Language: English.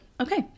Okay